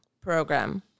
program